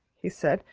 he said.